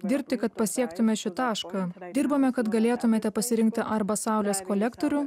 dirbti kad pasiektume šį tašką dirbame kad galėtumėte pasirinkti arba saulės kolektorių